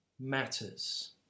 matters